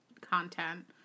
content